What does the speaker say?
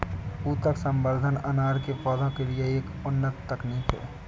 ऊतक संवर्धन अनार के पौधों के लिए एक उन्नत तकनीक है